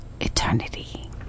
eternity